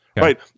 right